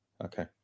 Okay